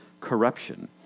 corruption